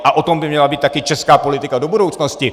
A o tom by měla být také české politika do budoucnosti.